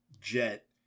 Jet